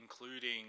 including